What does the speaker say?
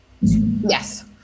Yes